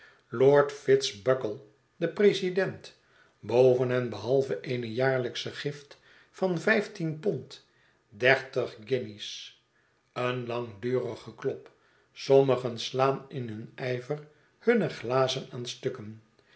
lord fitz buckle de president boven en behalve eene jaarlijksche gift van vijftien pond dertig guinjes een langduriggeklop sommigen slaan in hun ijver hunne glazen aan stukken